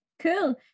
Cool